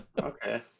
okay